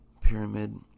Pyramid